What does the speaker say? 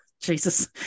Jesus